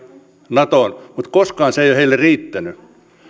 natoon mutta koskaan se ei ole heille riittänyt